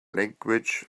language